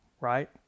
right